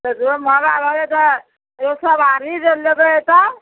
petrol मँहगा भऽ गेल तऽ ओ सवारी जे लेबय तब